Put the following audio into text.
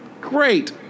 Great